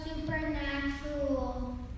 Supernatural